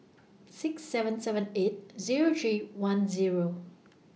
six seven seven eight Zero three one Zero